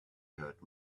heard